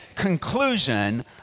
Conclusion